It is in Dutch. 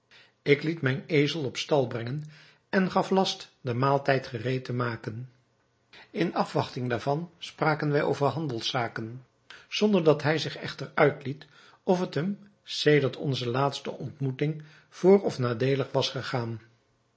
ik liet zijn ezel op stal brengen en gaf last den maaltijd gereed te maken in afwachting daarvan spraken wij over handelszaken zonder dat hij zich echter uitliet of het hem sedert onze laatste ontmoeting voor of nadeelig was gegaan